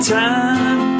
time